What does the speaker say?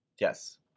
Yes